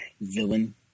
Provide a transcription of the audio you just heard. villain